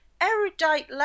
erudite